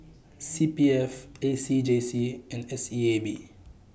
C P F A C J C and S E A B